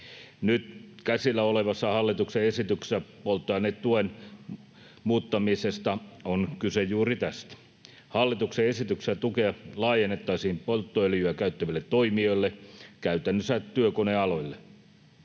Nyt käsillä olevassa hallituksen esityksessä polttoainetuen muuttamisesta on kyse juuri tästä. Hallituksen esityksessä tukea laajennettaisiin polttoöljyä käyttäville toimijoille, käytännössä työkonealoille.